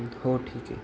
हो ठीक आहे